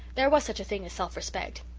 there was such a thing as self-respect.